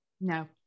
No